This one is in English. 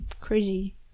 crazy